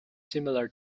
similar